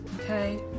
okay